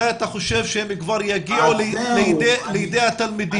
מתי אתה חושב שהם כבר יגיעו לידי התלמידים?